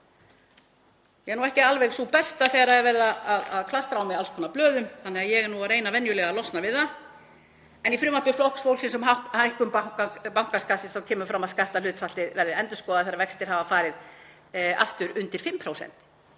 Ég er ekki alveg sú besta þegar verið að klastra á mig alls konar blöðum þannig að ég er nú að reyna venjulega að losna við það en í frumvarpi Flokks fólksins um hækkun bankaskattsins kemur fram að skatthlutfallið verði endurskoðað þegar vextir hafa farið aftur undir 5%.